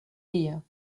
wir